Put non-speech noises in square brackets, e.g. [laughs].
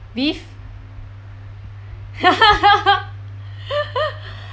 with [laughs]